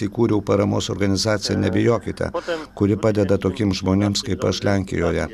įkūriau paramos organizaciją nebijokite kuri padeda tokiems žmonėms kaip aš lenkijoje